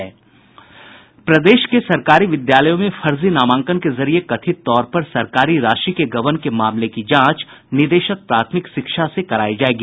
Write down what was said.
प्रदेश के सरकारी विद्यालयों में फर्जी नामांकन के जरिए कथित तौर पर सरकारी राशि के गबन के मामले की जांच निदेशक प्राथमिक शिक्षा से कराई जायेगी